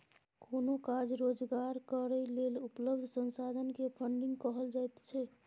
कोनो काज रोजगार करै लेल उपलब्ध संसाधन के फन्डिंग कहल जाइत छइ